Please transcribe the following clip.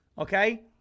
Okay